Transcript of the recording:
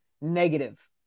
negative